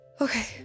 Okay